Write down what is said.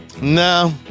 No